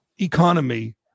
economy